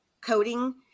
coding